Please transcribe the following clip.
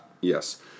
yes